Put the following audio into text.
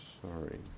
Sorry